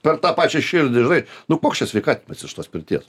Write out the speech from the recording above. per tą pačią širdį žinai nu koks čia sveikatinimas iš tos pirties